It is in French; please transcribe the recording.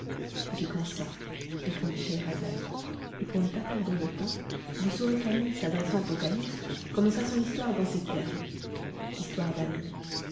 j'y consens répondit scheherazade et pour ne pas perdre le temps vous saurez qu'amine s'adressant au calife commença son histoire dans ces termes histoire d'amine